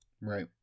Right